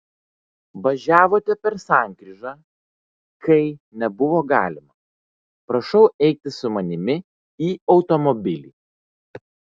važiavote per sankryžą kai nebuvo galima prašau eiti su manimi į automobilį